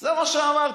זה מה שאמרת.